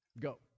Go